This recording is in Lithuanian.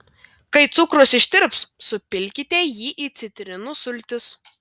kai cukrus ištirps supilkite jį į citrinų sultis